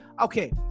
Okay